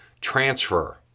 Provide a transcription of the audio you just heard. transfer